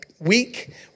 week